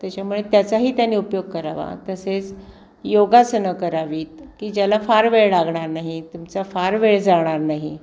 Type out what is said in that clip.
त्याच्यामुळे त्याचाही त्याने उपयोग करावा तसेच योगासनं करावीत की ज्याला फार वेळ लागणार नाही तुमचा फार वेळ जाणार नाही